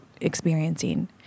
experiencing